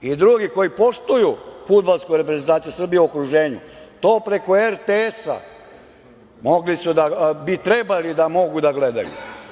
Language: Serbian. i drugi u okruženju koji poštuju fudbalsku reprezentaciju Srbiju, to preko RTS-a bi trebalo da mogu da gledaju.